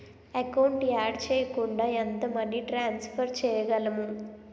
Account add చేయకుండా ఎంత money transfer చేయగలము?